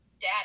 dad